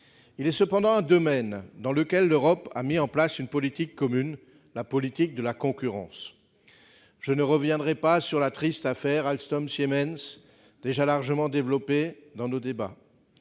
Il est cependant un domaine dans lequel l'Europe a mis en place une politique commune : la concurrence. Je ne reviendrai pas sur la triste affaire Alstom-Siemens, déjà largement évoquée, mais, alors